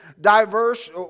diverse